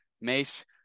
Mace